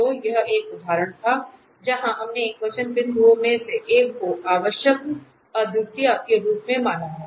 तो यह एक उदाहरण था जहां हमने एकवचन बिंदुओं में से एक को आवश्यक अद्वितीयता के रूप में भी माना है